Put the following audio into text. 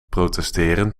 protesteren